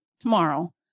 tomorrow